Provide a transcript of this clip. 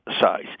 size